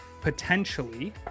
potentially